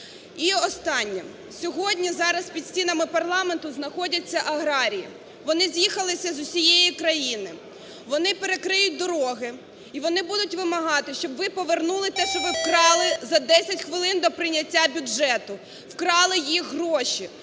І останнє. Сьогодні зараз, під стінами парламенту знаходяться аграрії, вони з'їхалися з усієї країни. Вони перекриють догори, і вони будуть вимагати, щоб ви повернули те, що ви вкрали за десять хвилин до прийняття бюджету. Вкрали їх гроші.